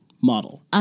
model